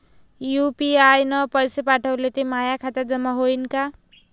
UPI न पैसे पाठवले, ते माया खात्यात जमा होईन का?